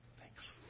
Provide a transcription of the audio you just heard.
Thanks